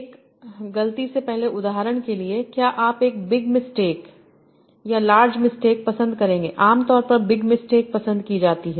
एक गलती से पहले उदाहरण के लिए क्या आप एक बिग मिस्टेक बड़ी गलती या लार्ज मिस्टेक बड़ी गलती पसंद करेंगे आमतौर पर बिग मिस्टेक बड़ी गलती पसंद की जाती है